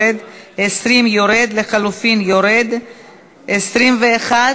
יורד, 12, יורד, 13, יורד, 14,